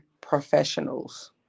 professionals